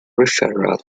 referral